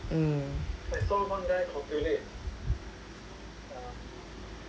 mm